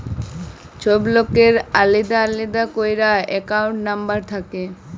ছব লকের আলেদা আলেদা ক্যইরে একাউল্ট লম্বর থ্যাকে